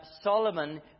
Solomon